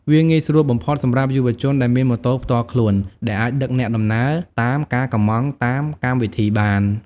វាងាយស្រួលបំផុតសម្រាប់យុវជនដែលមានម៉ូតូផ្ទាល់ខ្លួន ដែលអាចដឹកអ្នកដំណើរតាមការកម្ម៉ង់តាមកម្មវិធីបាន។